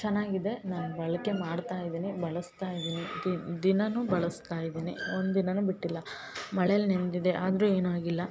ಚೆನ್ನಾಗಿದೆ ನಾನು ಬಳಕೆ ಮಾಡ್ತಾ ಇದೀನಿ ಬಳ್ಸ್ತಾ ಇದ್ದೀನಿ ದಿನಾನೂ ಬಳ್ಸ್ತಾ ಇದ್ದೀನಿ ಒಂದು ದಿನಾನೂ ಬಿಟ್ಟಿಲ್ಲ ಮಳೇಲಿ ನೆಂದಿದ್ದೆ ಆದರು ಏನು ಆಗಿಲ್ಲ